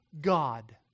God